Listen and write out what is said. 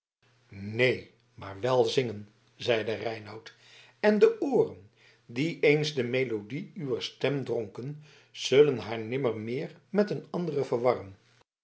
neen maar wel zingen zeide reinout en de ooren die eens de melodie uwer stem dronken zullen haar nimmer meer met een andere verwarren